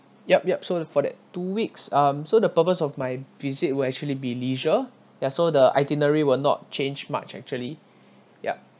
yup yup so for that two weeks um so the purpose of my visit will actually be leisure ya so the itinerary will not change much actually yup